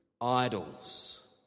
idols